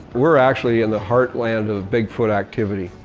we're actually in the heart land of bigfoot activity.